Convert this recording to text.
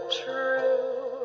true